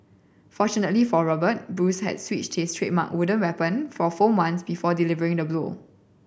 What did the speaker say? fortunately for Robert Bruce had switched his trademark wooden weapon for foam ones before delivering the blow